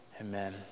Amen